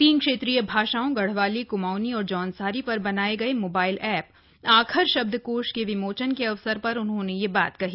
तीन क्षेत्रीय भाषाओं गढ़वाली कुमांऊनी और जौनसारी पर बनाये गये मोबाईल एप आखर शब्दकोष के विमोचन के अवसर पर उन्होंने यह बात कही